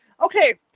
okay